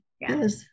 Yes